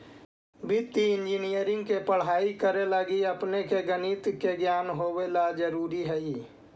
वित्तीय इंजीनियरिंग के पढ़ाई करे लगी अपने के गणित के ज्ञान होवे ला जरूरी हई